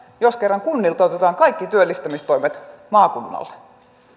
jos kerran kunnilta otetaan kaikki työllistämistoimet maakunnalle